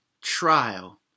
trial